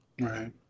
right